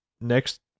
next